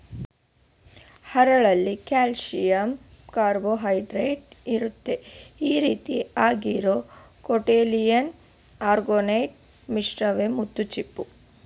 ಹರಳಲ್ಲಿ ಕಾಲ್ಶಿಯಂಕಾರ್ಬೊನೇಟ್ಇರುತ್ತೆ ಈರೀತಿ ಆಗಿರೋ ಕೊಂಕಿಯೊಲಿನ್ ಆರೊಗೊನೈಟ್ ಮಿಶ್ರವೇ ಮುತ್ತುಚಿಪ್ಪು